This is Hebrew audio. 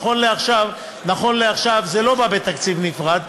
נכון לעכשיו, זה לא בא בתקציב נפרד.